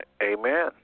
Amen